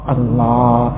Allah